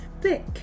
thick